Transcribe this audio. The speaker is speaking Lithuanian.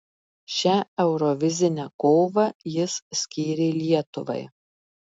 šią eurovizinę kovą jis skyrė lietuvai